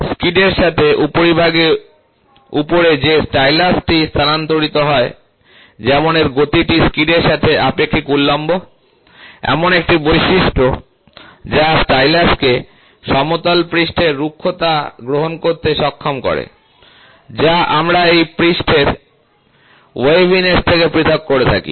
স্কিডের সাথে উপরিভাগের উপরে যে স্টাইলাসটি স্থানান্তরিত হয় যেমন এর গতিটি স্কিডের সাথে আপেক্ষিক উল্লম্ব এমন একটি বৈশিষ্ট্য যা স্টাইলাসকে সমতল পৃষ্ঠের রুক্ষতা গ্রহণ করতে সক্ষম করে যা আমরা এই পৃষ্ঠের ওয়েভিনেস থেকে পৃথক করে থাকি